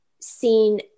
seen